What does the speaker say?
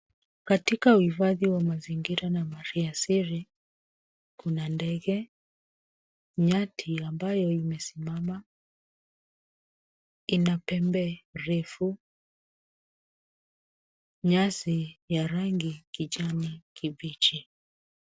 Katika uhifadhi wa mazingira na mali asili, kuna ndege, nyati ambaye imesimama ,ina pembe refu, nyasi ya rangi kijani kibichi.